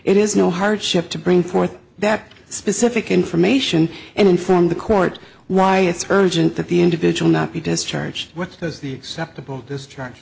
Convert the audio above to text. it is no hardship to bring forth that specific information and inform the court why it's urgent that the individual not be discharged what has the acceptable dis